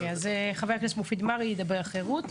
חבר הכנסת מופיד מרעי ידבר אחרי רות,